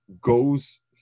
goes